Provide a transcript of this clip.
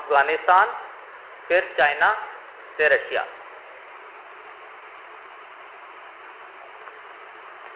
अफ्गानिस्तान फिर चाईना ते रशिया